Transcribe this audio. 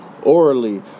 orally